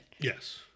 Yes